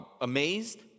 amazed